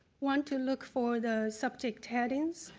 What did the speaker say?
want to look for the subject headings,